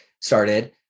started